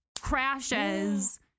crashes